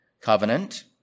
covenant